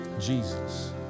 Jesus